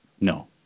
No